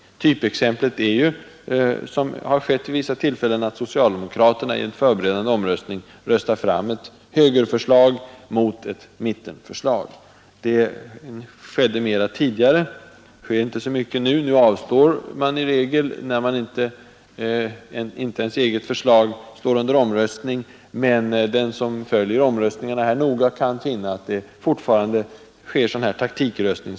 Typexemplet är att, som har skett vid vissa tillfällen, socialdemokraterna i en förberedande omröstning röstar fram ett högerförslag mot ett mittenförslag. Det skedde mera tidigare. Nu avstår man i regel, när inte ens eget förslag står under omröstning. Men den som följer omröstningarna noga, kan finna att det fortfarande sker sådan taktikröstning.